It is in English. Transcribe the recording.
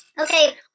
Okay